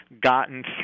gotten